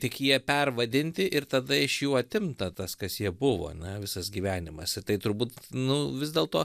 tik jie pervadinti ir tada iš jų atimta tas kas jie buvo ane visas gyvenimas ir tai turbūt nu vis dėlto